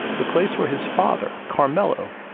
the place where his father, carmelo,